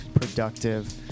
productive